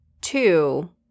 two